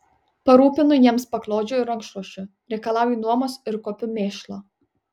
parūpinu jiems paklodžių ir rankšluosčių reikalauju nuomos ir kuopiu mėšlą